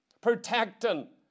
protecting